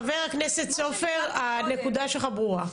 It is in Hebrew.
חבר הכנסת סופר, הנקודה שלך ברורה.